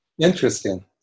Interesting